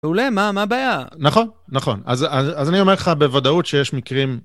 מעולה, מה הבעיה? נכון, נכון. אז אני אומר לך בוודאות שיש מקרים...